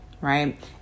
Right